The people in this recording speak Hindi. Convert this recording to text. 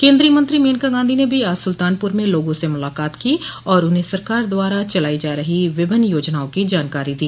केन्द्रीय मंत्री मेनका गांधी ने भी आज सुल्तानपुर में लोगों से मुलाकात की और उन्हें सरकार द्वारा चलायी जा रही विभिन्न योजनाओं की जानकारी दी